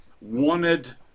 wanted